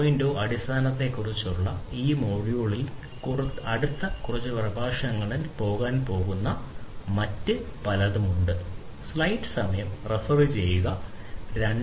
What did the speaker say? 0 അടിസ്ഥാനങ്ങളെക്കുറിച്ചുള്ള ഈ മൊഡ്യൂളിന്റെ അടുത്ത കുറച്ച് പ്രഭാഷണങ്ങളിൽ പോകാൻ പോകുന്ന മറ്റ് പലതും ഉണ്ട്